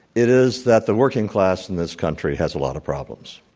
it is that the working class in this country has a lot of problems.